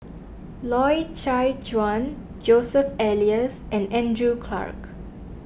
Loy Chye Chuan Joseph Elias and Andrew Clarke